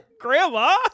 Grandma